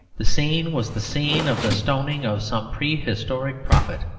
the scene was the scene of the stoning of some prehistoric prophet,